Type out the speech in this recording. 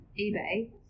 eBay